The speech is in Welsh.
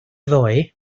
ddoe